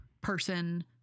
person